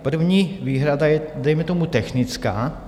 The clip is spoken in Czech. První výhrada je dejme tomu technická.